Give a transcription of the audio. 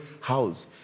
house